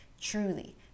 truly